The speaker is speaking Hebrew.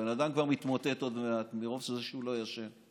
הבן אדם כבר מתמוטט עוד מעט מרוב שהוא לא ישן,